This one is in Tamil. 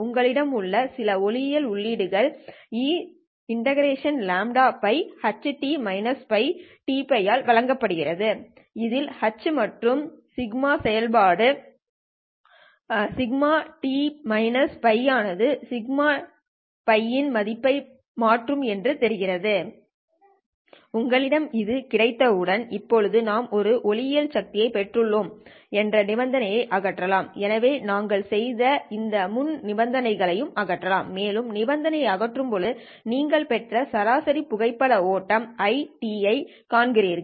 உங்களிடம் உள்ள சில ஒளியியல் உள்ளீடுகள் e∫λτ ht - τdτ ஆல் வழங்கப்படுகிறது இதில் h என்பது δ செயல்பாடு ஆகும் δt - τ ஆனது λ τ இன் மதிப்பை மாற்றும் என்று தெரியும் உங்களிடம் இது கிடைத்தவுடன் இப்போது நாம் ஒரு ஒளியியல் சக்தியைப் பெற்றுள்ளோம் என்ற நிபந்தனையை அகற்றலாம் எனவே நாங்கள் செய்த இந்த முன் நிபந்தனையையும் அகற்றலாம் மேலும் நிபந்தனையை அகற்றும்போது நீங்கள் பெற்ற சராசரி புகைப்பட ஓட்டம் I ஐ காண்கிறீர்கள்